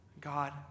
God